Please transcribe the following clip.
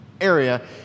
area